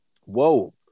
Whoa